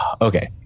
Okay